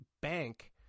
bank